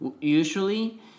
Usually